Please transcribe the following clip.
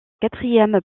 quatrième